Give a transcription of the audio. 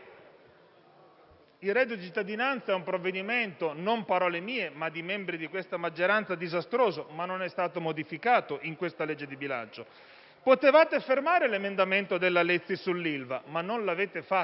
il reddito di cittadinanza è un provvedimento disastroso (non parole mie, ma di membri di questa maggioranza), ma non è stato modificato in questa legge di bilancio. Potevate fermare l'emendamento della senatrice Lezzi sull'Ilva, ma non l'avete fatto.